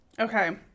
okay